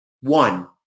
one